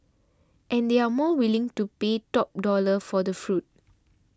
and they are more willing to pay top dollar for the fruit